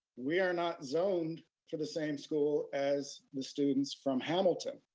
we are not zoned for the same school as the students from hamilton.